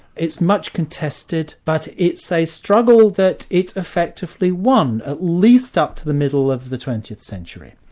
it's much contested, but it's a struggle that it effectively won at least up to the middle of the twentieth century.